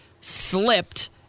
slipped